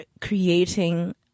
creating